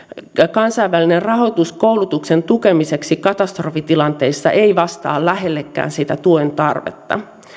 kansainvälinen rahoitus koulutuksen tukemiseksi katastrofitilanteissa ei vastaa lähellekään sitä tuen tarvetta